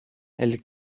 elle